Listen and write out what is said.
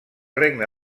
regne